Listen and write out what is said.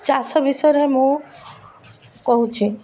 ଚାଷ ବିଷୟରେ ମୁଁ କହୁଛି